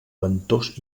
ventós